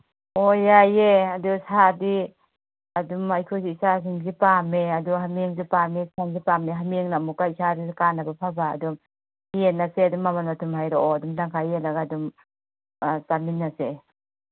ꯍꯣꯏ ꯌꯥꯏꯌꯦ ꯑꯗꯨ ꯁꯥꯗꯤ ꯑꯗꯨꯝ ꯑꯩꯈꯣꯏꯒꯤ ꯏꯆꯥꯁꯤꯡꯁꯤ ꯄꯥꯝꯃꯦ ꯑꯗꯨ ꯍꯥꯃꯦꯡꯁꯨ ꯄꯥꯝꯃꯦ ꯁꯟꯁꯨ ꯄꯥꯝꯃꯦ ꯍꯥꯃꯦꯡꯅ ꯑꯃꯨꯛꯀ ꯏꯁꯥꯗꯁꯨ ꯀꯥꯟꯅꯕ ꯐꯕ ꯑꯗꯨꯝ ꯌꯦꯡꯉꯁꯦ ꯑꯗꯨꯝ ꯃꯃꯟ ꯃꯊꯨꯝ ꯍꯥꯏꯔꯛꯑꯣ ꯑꯗꯨꯝ ꯇꯪꯈꯥꯏ ꯌꯦꯜꯂꯒ ꯑꯗꯨꯝ ꯆꯥꯃꯤꯟꯅꯁꯦ